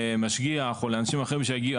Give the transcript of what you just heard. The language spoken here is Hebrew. למשגיח או לאנשים אחרים שיגיעו,